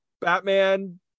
Batman